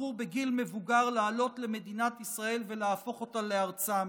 בחרו בגיל מבוגר לעלות למדינת ישראל ולהפוך אותה לארצם.